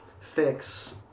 fix